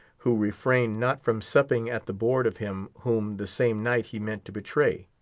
who refrained not from supping at the board of him whom the same night he meant to betray?